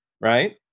right